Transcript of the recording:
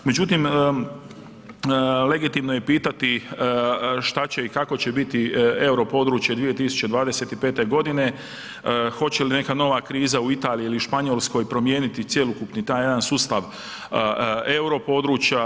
Međutim, legitimno je pitati šta će i kako će biti euro područje 2025. godine, hoće li neka nova kriza u Italiji ili Španjolskoj promijeniti cjelokupni taj jedan sustav euro područja.